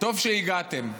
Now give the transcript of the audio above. טוב שהגעתם.